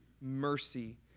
mercy